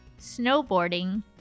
snowboarding